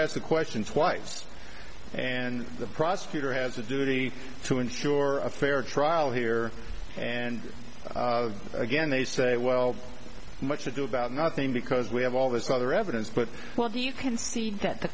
asked the question twice and the prosecutor has a duty to ensure a fair trial here and again they say well much ado about nothing because we have all this other evidence but what do you concede that the